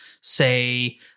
say